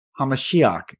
HaMashiach